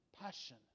passion